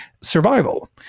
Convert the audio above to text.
survival